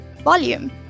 volume